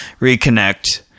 reconnect